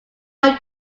are